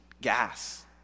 gas